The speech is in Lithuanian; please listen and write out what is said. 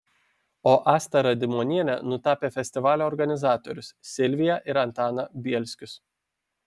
o asta radimonienė nutapė festivalio organizatorius silviją ir antaną bielskius